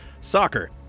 soccer